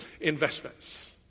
investments